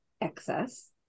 excess